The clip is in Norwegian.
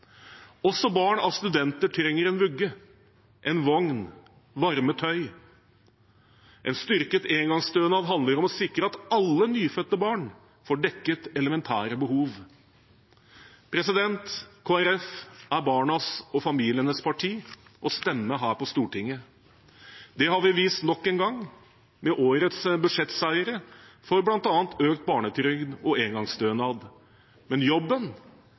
Også barn av studenter trenger en vugge, en vogn, varmt tøy. En styrket engangsstønad handler om å sikre at alle nyfødte barn får dekket elementære behov. Kristelig Folkeparti er barnas og familienes parti og stemme her på Stortinget. Det har vi vist nok en gang med årets budsjettseire for bl.a. økt barnetrygd og engangsstønad. Men jobben